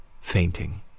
fainting